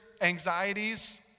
anxieties